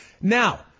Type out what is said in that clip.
Now